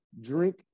drink